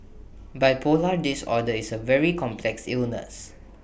bipolar disorder is A very complex illness